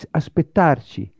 aspettarci